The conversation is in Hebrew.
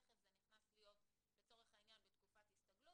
תכף זה נכנס לתקופת הסתגלות.